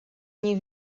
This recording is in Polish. nie